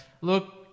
look